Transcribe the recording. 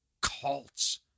Cults